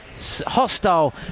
Hostile